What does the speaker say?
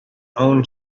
own